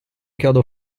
chiodo